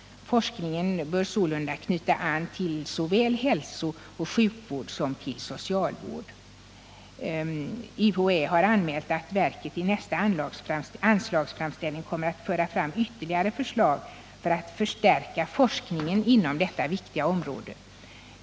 Forskningen bör sålunda knyta an till såväl hälsooch sjukvård som socialvård. UHÄ har anmält att verket i nästa anslagsframställning kommer att föra fram ytterligare förslag för att förstärka forskningen inom detta viktiga område.